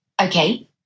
Okay